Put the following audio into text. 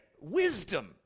Wisdom